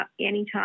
anytime